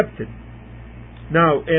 now